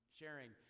sharing